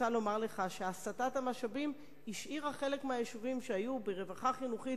הסטת המשאבים השאירה חלק מהיישובים שהיו ברווחה חינוכית